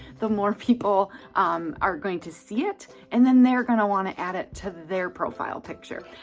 the more people um are going to see it and then they're gonna wanna add it to their profile picture.